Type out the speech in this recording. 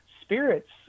Spirits